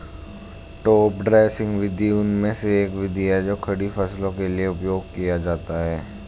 top dressing विधि उनमें से एक विधि है जो खड़ी फसलों के लिए उपयोग किया जाता है